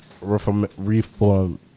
reform